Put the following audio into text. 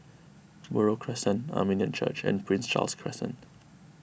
Buroh Crescent Armenian Church and Prince Charles Crescent